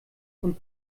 und